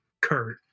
Kurt